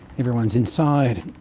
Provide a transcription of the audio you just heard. everyone's inside.